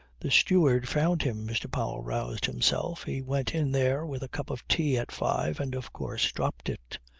the steward found him, mr. powell roused himself. he went in there with a cup of tea at five and of course dropped it.